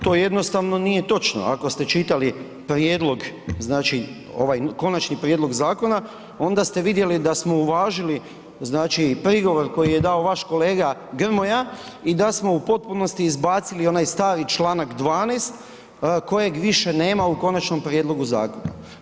To jednostavno nije točno, ako ste čitali prijedlog znači ovaj konačni prijedlog zakona onda ste vidjeli da smo uvažili znači prigovor koji je dao vaš kolega Grmoja i da smo u potpunosti izbacili onaj stari Članak 12. kojeg više nema u konačnom prijedlogu zakona.